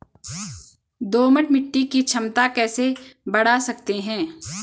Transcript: दोमट मिट्टी की क्षमता कैसे बड़ा सकते हैं?